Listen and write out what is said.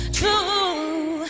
true